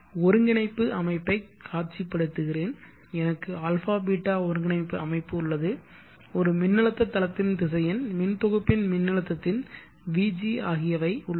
ஒருங்கிணைப்பு அமைப்பைக் காட்சிப்படுத்துகிறேன் எனக்கு αβ ஒருங்கிணைப்பு அமைப்பு உள்ளது ஒரு மின்னழுத்த தளத்தின் திசையன் மின் தொகுப்பின் மின்னழுத்தத்தின் Vg ஆகியவை உள்ளன